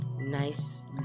nice